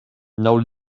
now